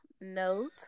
note